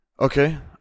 Okay